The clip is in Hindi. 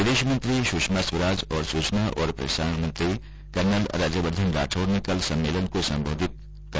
विदेश मंत्री सुषमा स्वराज और सुचना और प्रसारण मंत्री कर्नल राज्यवर्दधन राठौड ने कल सम्मेलन को संबोधित किया